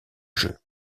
jeu